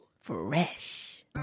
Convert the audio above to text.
fresh